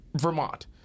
Vermont